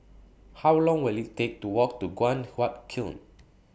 How Long Will IT Take to Walk to Guan Huat Kiln